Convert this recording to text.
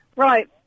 Right